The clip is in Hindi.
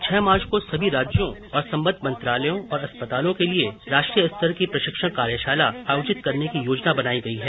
छह मार्च को सभी राज्यों और संबद्ध मंत्रालयों और अस्पतालों के लिए राष्ट्रीय स्तर की प्रशिक्षण कार्यशाला आयोजित करने की योजना बनाई गई है